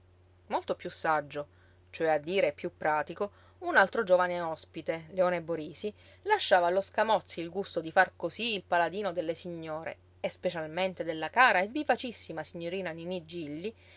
molto piú saggio cioè a dire piú pratico un altro giovane ospite leone borisi lasciava allo scamozzi il gusto di far cosí il paladino delle signore e specialmente della cara e vivacissima signorina niní gilli